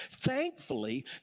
Thankfully